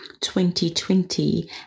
2020